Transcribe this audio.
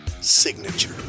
signature